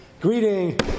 greeting